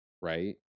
Right